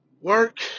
work